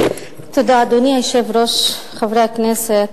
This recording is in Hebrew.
אדוני היושב-ראש, תודה, חברי הכנסת,